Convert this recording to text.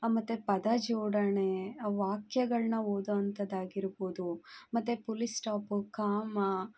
ಮತ್ತು ಪದ ಜೋಡಣೆ ವಾಕ್ಯಗಳನ್ನ ಓದುವಂತದ್ದು ಆಗಿರ್ಬೋದು ಮತ್ತು ಪುಲಿಸ್ಟಾಪು ಕಾಮಾ